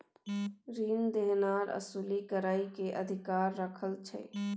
रीन देनहार असूली करइ के अधिकार राखइ छइ